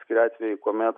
atskiri atvejai kuomet